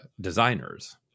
designers